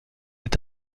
est